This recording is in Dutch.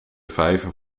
vijver